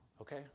okay